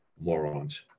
morons